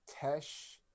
Tesh